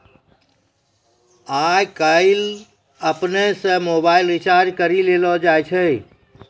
आय काइल अपनै से मोबाइल रिचार्ज करी लेलो जाय छै